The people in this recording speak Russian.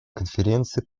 конференции